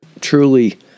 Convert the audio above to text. truly